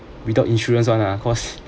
without insurance [one] ah because